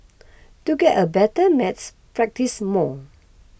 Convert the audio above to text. to get a better maths practise more